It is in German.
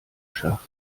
schach